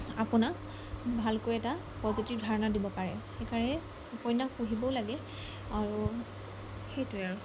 আপোনাক ভালকৈ এটা পজিটিভ ধাৰণা দিব পাৰে সেইকাৰণে উপন্যাস পঢ়িবও লাগে আৰু সেইটোৱে আৰু